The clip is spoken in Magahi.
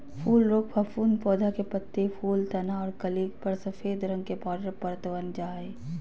फूल रोग फफूंद पौधा के पत्ती, फूल, तना आर कली पर सफेद रंग के पाउडर परत वन जा हई